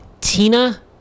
Tina